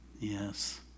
Yes